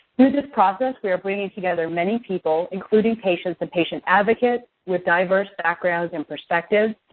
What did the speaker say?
through this process, we are bringing together many people, including patients and patient advocates with diverse backgrounds and perspectives.